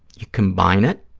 you combine it,